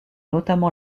notamment